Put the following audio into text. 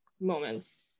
moments